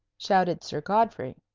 shouted sir godfrey.